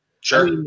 Sure